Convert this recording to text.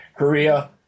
Korea